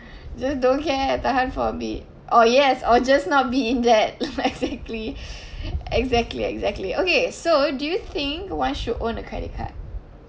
just don't care tahan for a bit oh yes or just not be in that exactly exactly exactly okay so do you think one should own a credit card